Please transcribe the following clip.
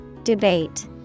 Debate